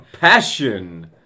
Passion